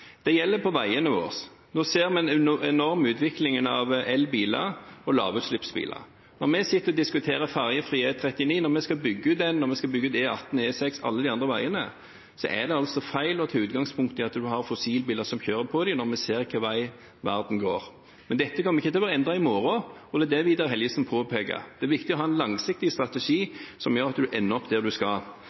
Det gjelder også på veiene våre. Nå ser vi en enorm utvikling av elbiler og lavutslippsbiler. Når vi sitter og diskuterer ferjefri E39, når vi skal bygge den ut, når vi skal bygge ut E18, E6 og alle de andre veiene, er det feil å ta utgangspunkt i at det er fossilbiler som kjører på dem, når vi ser hvilken vei verden går. Men dette kommer ikke til å være endret i morgen, og det er det Vidar Helgesen påpeker. Det er viktig å ha en langsiktig strategi som gjør at en ender opp der en skal.